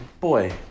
boy